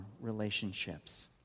relationships